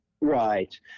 Right